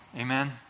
Amen